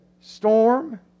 storm